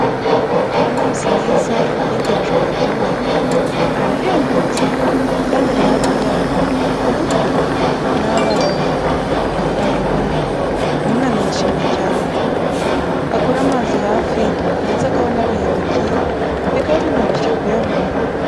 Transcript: Amezi meza, yegerejwe abaturage. Arahendutse kandi ari hafi yabo. Ku buryo n'abana bayabona. Uyu mwana yishimiye cyane ko, akura amazi hafi, ndetse akaba anabahendukiye, bikaba binoroshye kuyabona.